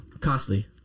costly